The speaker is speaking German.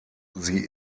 sie